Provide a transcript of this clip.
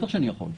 בטח שאני יכול.